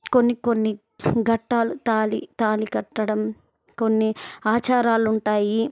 కొన్ని కొన్ని ఘట్టాలు తాళి తాళి కట్టడం కొన్ని ఆచారాలుంటాయి